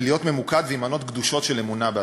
ולהיות ממוקד ועם מנות גדושות של אמונה בעצמך.